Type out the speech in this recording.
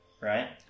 Right